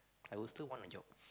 I will still want a job